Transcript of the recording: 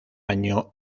año